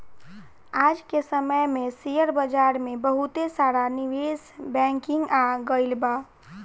आज के समय में शेयर बाजार में बहुते सारा निवेश बैंकिंग आ गइल बा